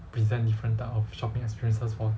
present different type of shopping experiences for